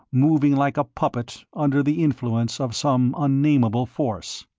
moving like a puppet under the influence of some unnameable force.